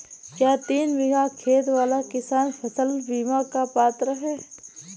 क्या तीन बीघा खेत वाला किसान फसल बीमा का पात्र हैं?